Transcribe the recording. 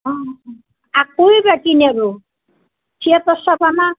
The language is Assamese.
অঁ আকোই বাকী নেৰো থিয়েটাৰ চাবা না